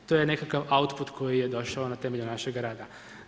To je nekakav output koji je došao na temelju našega rada.